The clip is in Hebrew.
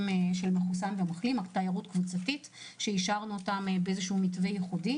של מחוסן ומחלים תיירות קבוצתית שאישרנו אותם במתווה ייחודי.